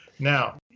Now